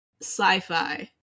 sci-fi